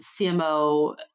CMO